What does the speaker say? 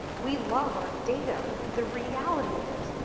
we love our data, the the reality of it.